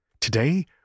Today